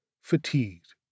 fatigued